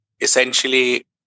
essentially